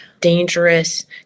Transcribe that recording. dangerous